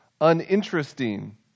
uninteresting